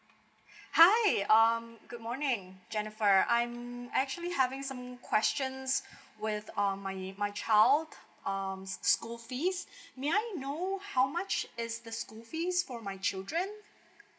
hi um good morning jennifer I'm actually having some questions with um my my child um school fees may I know how much is the school fees for my children